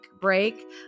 break